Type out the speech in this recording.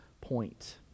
point